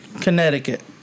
Connecticut